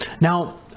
Now